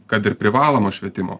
kad ir privalomo švietimo